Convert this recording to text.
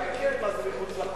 וגם אם כן, מה, זה מחוץ לחוק?